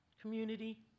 community